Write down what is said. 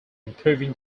improving